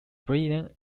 brilliant